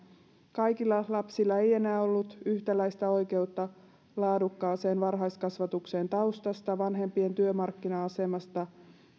kaikilla lapsilla ei enää ollut yhtäläistä oikeutta laadukkaaseen varhaiskasvatukseen taustasta vanhempien työmarkkina asemasta